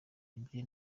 ibye